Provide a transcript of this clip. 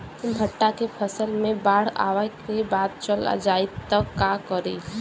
भुट्टा के फसल मे बाढ़ आवा के बाद चल जाई त का करी?